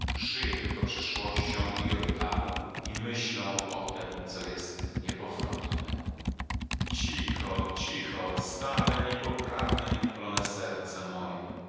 żyje tylko przeszłością i oddalą i myślą o tem co jest niepowrotne cicho cicho stare niepoprawne nieutulone serce moje